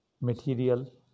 material